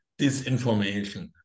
disinformation